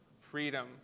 freedom